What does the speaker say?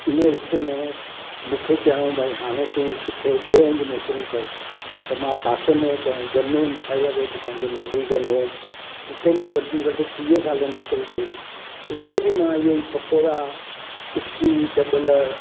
हुन विच में मूंखे चयऊं भई हाणे तूं किथे ॿे हंधु नौकिरी करु त मां पासे में कंहिं जंहिं में मिठाईअ वारे ते दुकान ते नौकिरी कंदो हुअमि उते मां घटि में घटि टीह साल नौकिरी कई उते बि मां इहो ई पकोड़ा टिकी डॿल